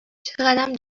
چقدم